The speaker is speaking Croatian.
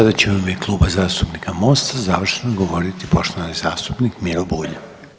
Sada će u ime Kluba zastupnika MOST-a završno govoriti poštovani zastupnik Miro Bulj.